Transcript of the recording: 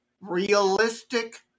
realistic